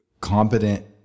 competent